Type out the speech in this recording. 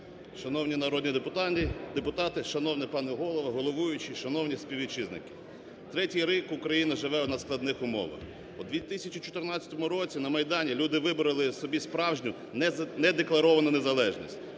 Шановні народні депутати, шановний пане Голово, головуючий, шановні співвітчизники! Третій рік Україна живе в надскладних умовах. У 2014 році на Майдані люди вибрали собі справжню, не декларовану незалежність.